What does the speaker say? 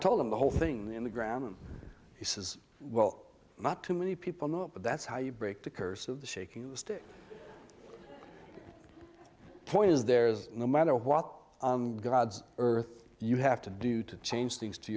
told him the whole thing on the ground he says well not too many people know but that's how you break the curse of the shaking point is there's no matter what god's earth you have to do to change things to